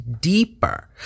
deeper